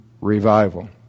revival